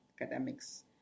academics